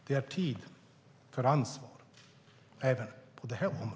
Det är tid för ansvar även på detta område.